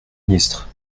ministre